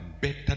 better